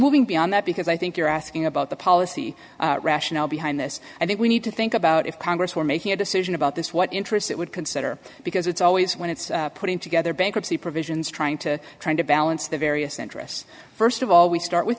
moving beyond that because i think you're asking about the policy rationale behind this i think we need to think about if congress were making a decision about this what interest it would consider because it's always when it's putting together bankruptcy provisions trying to trying to balance the various interests first of all we start with